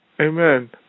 Amen